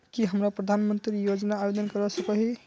की हमरा प्रधानमंत्री योजना आवेदन करवा सकोही?